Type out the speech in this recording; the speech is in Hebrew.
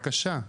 בבקשה.